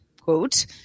quote